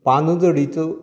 पानझडीचो